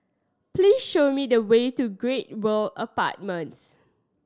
please show me the way to Great World Apartments